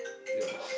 ya